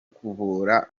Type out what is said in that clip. kuvura